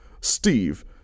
Steve